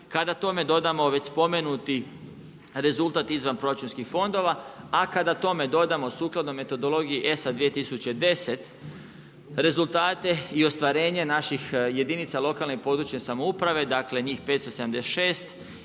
Kada tome dodamo već spomenuti rezultat izvanproračunskih fondova a kada tome dodamo sukladno metodologiji ESA 2010 rezultate i ostvarenje naših jedinica lokalne i područne samouprave dakle njih 576